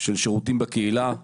של שירותים בקהילה.